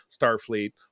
Starfleet